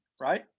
right